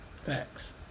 Facts